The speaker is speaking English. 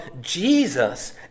Jesus